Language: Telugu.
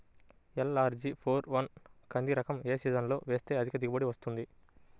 ఎల్.అర్.జి ఫోర్ వన్ కంది రకం ఏ సీజన్లో వేస్తె అధిక దిగుబడి వస్తుంది?